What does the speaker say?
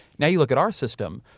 now, you look at our system.